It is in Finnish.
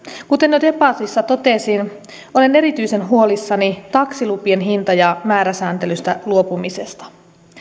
kuten jo debatissa totesin olen erityisen huolissani taksilupien hinta ja määräsääntelystä luopumisesta